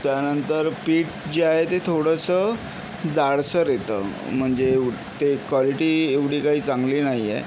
त्यानंतर पीठ जे आहे ते थोडंसं जाडसर येतं म्हणजे उ ते क्वालिटी एवढी काही चांगली नाही आहे